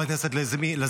חברת הכנסת לזימי,